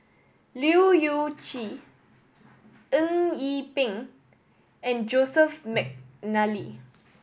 Leu Yew Chye Eng Yee Peng and Joseph McNally